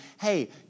hey